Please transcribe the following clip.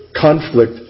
conflict